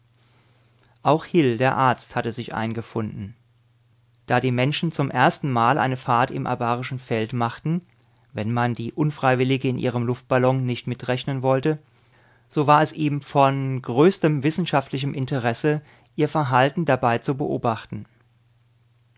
auch hil der arzt hatte sich eingefunden da die menschen zum erstenmal eine fahrt im abarischen feld machten wenn man die unfreiwillige in ihrem luftballon nicht mitrechnen wollte so war es ihm von größtem wissenschaftlichem interesse ihr verhalten dabei zu beobachten